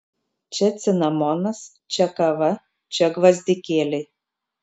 čia cinamonas čia kava čia gvazdikėliai